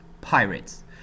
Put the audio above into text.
Pirates